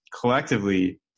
collectively